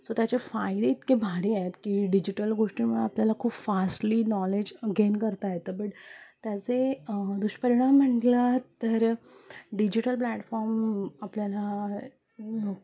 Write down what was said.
so त्याचे फायदे इतके भारी की डिजिटल गोष्टींमुळे आपल्याला खूप फास्टली नॉलेज गेन करता येतं बट त्याचे दुष्परिणाम म्हंटलं तर डिजिटल प्लॅटफॉर्म आपल्याला